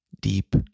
deep